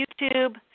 YouTube